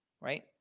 right